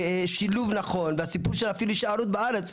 שילוב נכון והסיפור של אפילו הישארות בארץ,